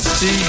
See